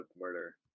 murder